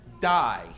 die